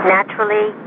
Naturally